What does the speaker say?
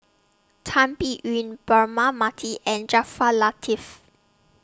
Tan Biyun Braema Mathi and Jaafar Latiff